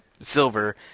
Silver